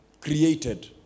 created